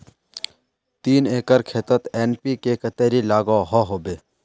तीन एकर खेतोत एन.पी.के कतेरी लागोहो होबे?